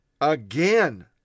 Again